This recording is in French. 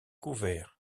couvert